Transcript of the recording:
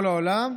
כל העולם.